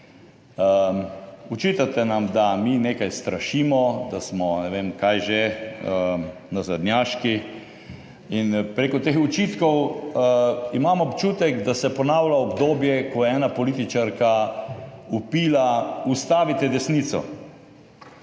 Očitate nam, da mi nekaj strašimo, da smo, ne vem kaj že, nazadnjaški in preko teh očitkov imam občutek, da se ponavlja obdobje, ko je ena političarka vpila, ustavite desnico,